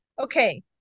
okay